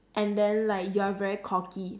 and then like you are very cocky